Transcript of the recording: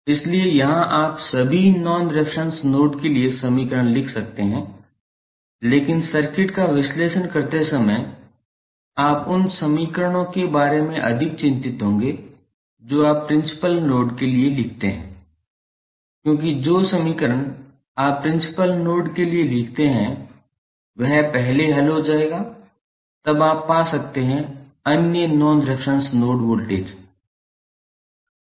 इसलिए यहां आप सभी नॉन रेफेरेंस नोड के लिए समीकरण लिख सकते हैं लेकिन सर्किट का विश्लेषण करते समय आप उन समीकरणों के बारे में अधिक चिंतित होंगे जो आप प्रिंसिपल नोड के लिए लिखते हैं क्योंकि जो समीकरण आप प्रिंसिपल नोड के लिए लिखते हैं वह पहले हल हो जाएगा तब आप पा सकते हैं अन्य नॉन रेफेरेंस नोड वोल्टेज मान